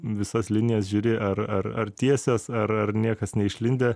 visas linijas žiūri ar ar ar tiesios ar ar niekas neišlindę